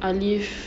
aliff